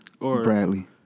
Bradley